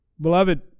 Beloved